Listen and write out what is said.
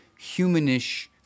humanish